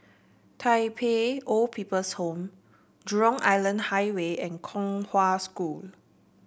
Tai Pei Old People's Home Jurong Island Highway and Kong Hwa School